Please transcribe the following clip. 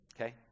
okay